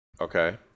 Okay